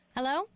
Hello